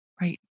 right